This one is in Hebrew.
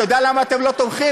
אתה יודע למה אתם לא תומכים?